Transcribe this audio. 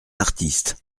artiste